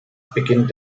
beginnt